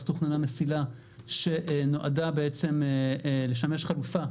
אז תוכננה מסילה שנועדה לשמש חלופה,